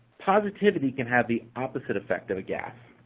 positivity can have the opposite effect of a gap.